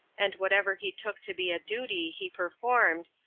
and whatever he took to be a duty he performed,